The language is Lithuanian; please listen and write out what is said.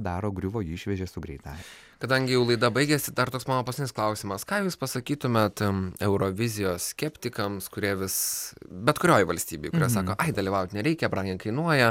daro griuvo jį išvežė su greitąja kadangi jau laida baigiasi dar toks mano paskutinis klausimas ką jūs pasakytumėt eurovizijos skeptikams kurie vis bet kurioj valstybėj kurie sako ai dalyvaut nereikia brangiai kainuoja